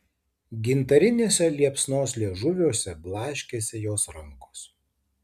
gintariniuose liepsnos liežuviuose blaškėsi jos rankos